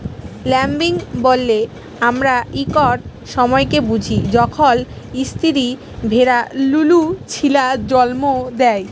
lambing ব্যলে আমরা ইকট সময়কে বুঝি যখল ইস্তিরি ভেড়া লুলু ছিলা জল্ম দেয়